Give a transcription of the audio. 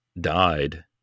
died